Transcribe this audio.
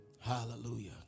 Hallelujah